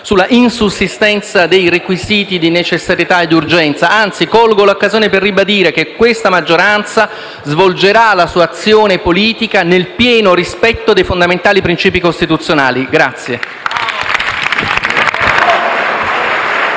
sulla insussistenza dei requisiti di necessità ed urgenza, anzi colgo l'occasione per ribadire che questa maggioranza svolgerà la sua azione politica nel pieno rispetto dei fondamentali principi costituzionali.